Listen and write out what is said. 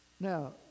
Now